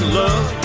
love